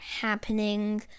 happening